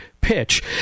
pitch